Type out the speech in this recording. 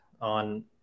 on